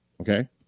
okay